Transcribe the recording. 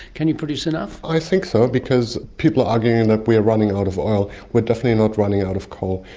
can you produce enough? i think so, because people are arguing that we are running out of oil. we're definitely not running out of coal,